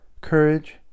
Courage